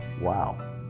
wow